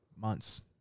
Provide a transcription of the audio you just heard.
months